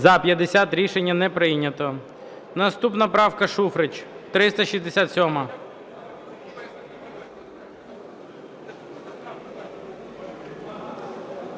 За-50 Рішення не прийнято. Наступна правка, Шуфрич, 367-а.